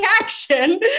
action